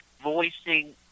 voicing